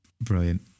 Brilliant